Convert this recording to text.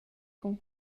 cun